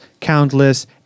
countless